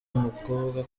umukobwa